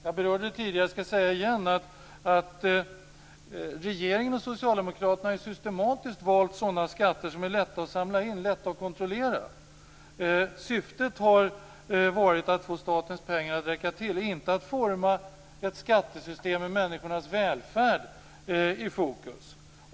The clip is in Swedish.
Jag berörde tidigare - och jag skall säga det igen - att regeringen och socialdemokraterna systematiskt har valt sådana skatter som är lätta att samla in, lätta att kontrollera. Syftet har varit att få statens pengar att räcka till, inte att forma ett skattesystem med människornas välfärd i fokus.